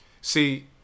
See